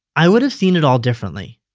i would have seen it all differently.